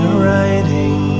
writing